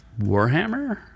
Warhammer